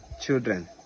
children